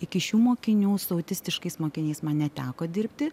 iki šių mokinių su autistiškais mokiniais man neteko dirbti